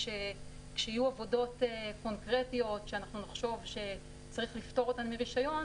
כשיהיו עבודות קונקרטיות שאנחנו נחשוב שצריך לפטור אותן מרישיון,